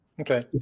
okay